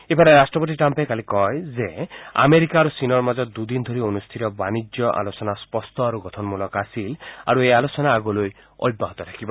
ইফালে ৰাট্ট্ৰপতি ট্ৰাম্পে কালি কয় যে আমেৰিকা আৰু চীনৰ মাজত দুদিন ধৰি অনুষ্ঠিত বাণিজ্য আলোচনা স্পষ্ট আৰু গঠনমূলক আছিল আৰু এই আলোচনা আগলৈ অব্যাহত থাকিব